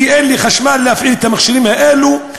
כי אין לי חשמל להפעיל את המכשירים האלו.